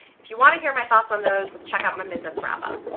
if you want to hear my thoughts on those check out my mid-month wrap up.